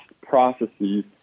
processes